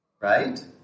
Right